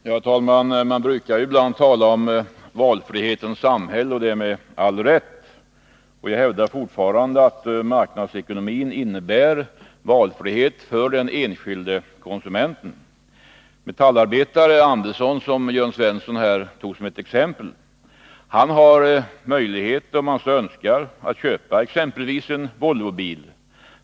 Herr talman! Man brukar ibland tala om valfrihetens samhälle, och det med all rätt. Jag hävdar fortfarande att marknadsekonomin innebär valfrihet för den enskilde konsumenten. Metallarbetare Andersson, som Jörn Svensson tog som exempel, har möjlighet att — om han så vill — köpa exempelvis en Volvobil.